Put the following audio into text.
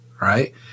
Right